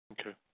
Okay